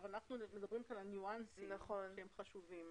אנחנו מדברים כאן על ניואנסים שהם חשובים.